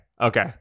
Okay